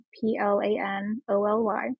P-L-A-N-O-L-Y